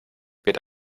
wird